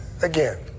again